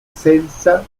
senza